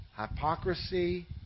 Hypocrisy